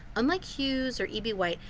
unlike hughes or e b. white,